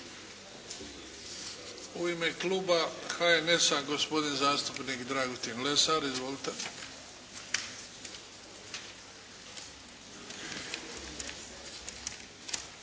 U ime kluba HNS-a, gospodin zastupnik Dragutin Lesar. Izvolite.